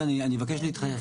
גברתי, אני אבקש להתייחס בקצרה.